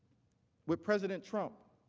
with president trump